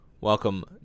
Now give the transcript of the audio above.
welcome